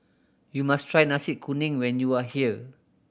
you must try Nasi Kuning when you are here